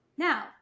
Now